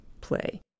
play